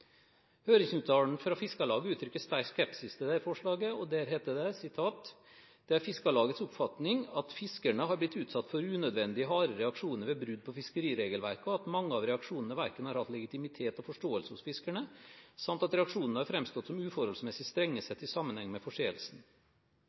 fra Fiskarlaget uttrykker sterk skepsis til dette forslaget. Der heter det at «det er Fiskarlagets oppfatning at fiskerne har blitt utsatt for unødvendig harde reaksjoner ved brudd på fiskeriregelverket og at mange av reaksjonene verken har hatt legitimitet eller forståelse hos fiskerne samt at reaksjonene har fremstått som uforholdsmessig